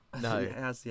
No